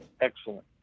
excellent